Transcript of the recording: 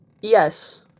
Yes